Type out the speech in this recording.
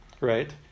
right